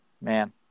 Man